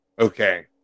Okay